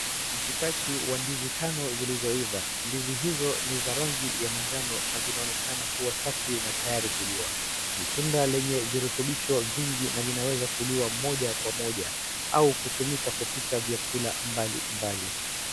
Mshikaki wa ndizi tano zilizoiva. Ndizi hizo ni za rangi ya majano na zinaonekana kuwa safi na tayari kuliwa. Ni tunda lenye virutubisho vingi na linaweza kuliwa moja kwa moja au kutumika kupika vyakula mbalimbali.